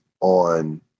on